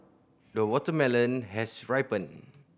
the watermelon has ripened